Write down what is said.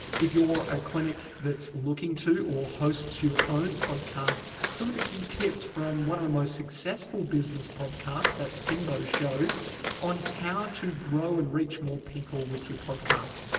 if you're a clinic that's looking to or hosts your own podcast, some of the key tips from one of the most successful business podcast that's timbo show on how to grow and reach more people with your podcast.